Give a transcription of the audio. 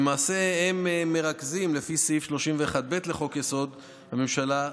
למעשה הם מרכזים לפי סעיף 31(ב) לחוק-יסוד: הממשלה,